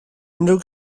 unrhyw